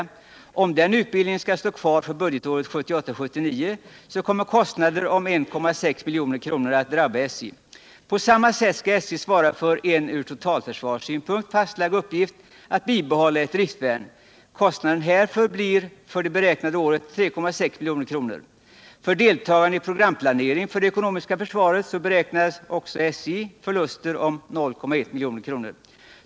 Om den utbildningen skall stå kvar för budgetåret 1978/79 kommer kostnader om 1,6 milj.kr. att drabba SJ. På samma sätt skall SJ svara för en ur totalförsvarssynpunkt fastlagd uppgift att bibehålla ett driftvärn. Kostnaden härför blir för det beräknade året 3,6 milj.kr. För deltagandet i programplaneringen för det ekonomiska försvaret beräknar också SJ förluster om 0,1 milj.kr.